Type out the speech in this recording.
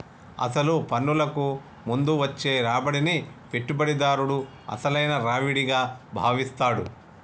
అసలు పన్నులకు ముందు వచ్చే రాబడిని పెట్టుబడిదారుడు అసలైన రావిడిగా భావిస్తాడు